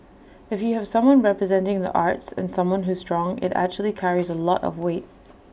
if you have someone representing the arts and someone who's strong IT actually carries A lot of weight